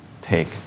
take